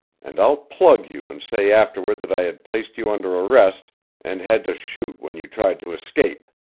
and i'll plug you and say afterward that i had placed you under arrest and had to shoot when you tried to escape.